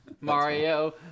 Mario